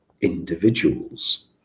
individuals